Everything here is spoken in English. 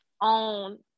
on